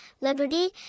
liberty